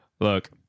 Look